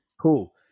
Cool